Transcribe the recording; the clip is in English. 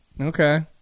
Okay